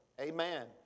Amen